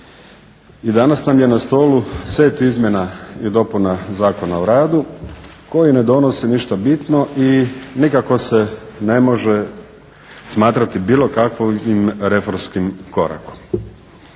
I danas nam je na stolu set Izmjena i dopuna Zakona o radu koji ne donosi ništa bitno i nikako se ne može smatrati bilo kakvim reformskim korakom.